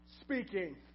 speaking